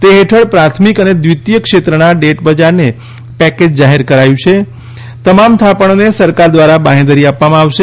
તે હેઠળ પ્રાથમિક અને દ્વિતીય ક્ષેત્રના ડેટ બજારને પેકેજ જાહેર કરાયું છે તે હેઠળ તમામ થાપણોને સરકાર દ્વારા બાંહેધરી આપવામાં આવશે